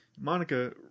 Monica